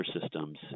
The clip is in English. systems